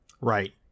right